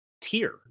tier